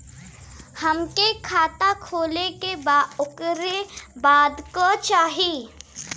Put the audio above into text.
हमके खाता खोले के बा ओकरे बादे का चाही?